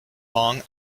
long